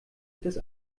des